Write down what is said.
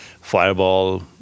Fireball